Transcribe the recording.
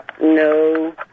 No